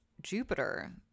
Jupiter